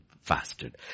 fasted